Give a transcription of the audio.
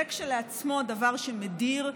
זה כשלעצמו דבר שמדיר,